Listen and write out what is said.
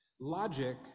logic